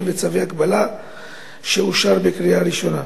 וצווי הגבלה שאושר בקריאה ראשונה.